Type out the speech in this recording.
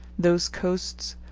those coasts,